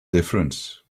difference